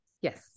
Yes